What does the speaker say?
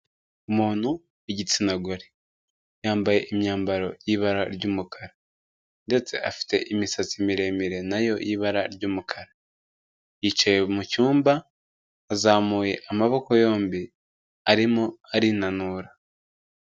Umuntu w'igitsina gore. Yambaye imyambaro y'ibara ry'umukara. Ndetse afite imisatsi miremire, na yo y'ibara ry'umukara. Yicaye mu cyumba, azamuye amaboko yombi, arimo arinanura.